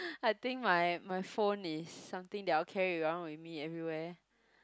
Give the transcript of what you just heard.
I think my my phone is something that I will carry around with me everywhere